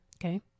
Okay